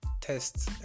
tests